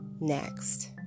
Next